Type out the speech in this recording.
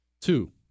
Two